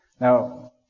Now